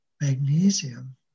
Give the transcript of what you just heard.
magnesium